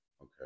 Okay